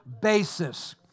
basis